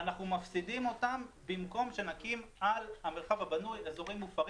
אנחנו מפסידים אותם במקום שנקים על המרחב הבנוי אזורים מופרים.